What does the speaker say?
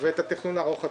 ואת התכנון ארוך הטווח.